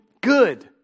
good